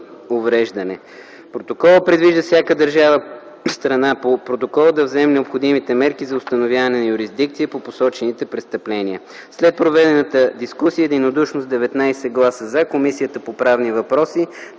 Протоколът предвижда всяка държава-страна по Протокола да вземе необходимите мерки за установяването на юрисдикция по посочените престъпления. След проведената дискусия единодушно с 19 гласа „за”, Комисията по правни въпроси